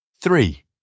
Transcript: Three